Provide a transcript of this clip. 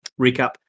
recap